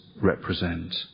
represent